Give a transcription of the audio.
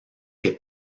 que